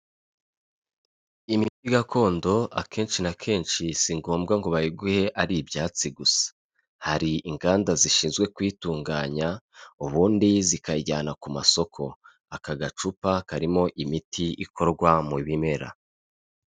Imiti gakondo akenshi na kenshi si ngombwa ngo bayiguhe ari ibyatsi gusa. Hari inganda zishinzwe kuyitunganya, ubundi zikayijyana ku masoko. Aka gacupa karimo imiti ikorwa mu bimera.